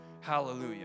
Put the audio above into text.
Hallelujah